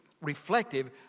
reflective